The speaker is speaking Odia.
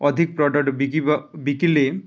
ଅଧିକ ପ୍ରଡକ୍ଟ ବିକିଲେ